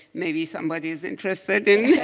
maybe somebody is interested in